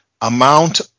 amount